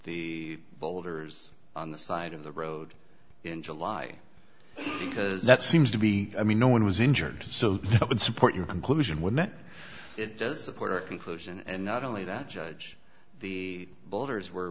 the boulders on the side of the road in july because that seems to be i mean no one was injured so i would support your conclusion with that it does support our conclusion and not only that judge the boulders were